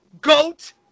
Goat